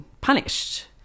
punished